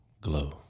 glow